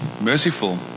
merciful